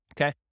okay